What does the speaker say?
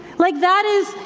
like that is,